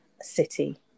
City